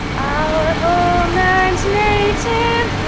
our home and native